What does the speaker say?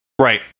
Right